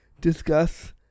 discuss